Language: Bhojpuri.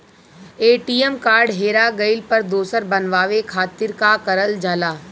ए.टी.एम कार्ड हेरा गइल पर दोसर बनवावे खातिर का करल जाला?